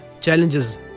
challenges